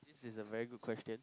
this is a very good question